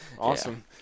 Awesome